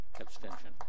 abstention